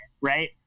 Right